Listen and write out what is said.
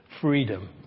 freedom